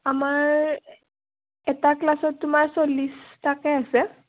আমাৰ এটা ক্লাছত তোমাৰ চল্লিছটাকৈ আছে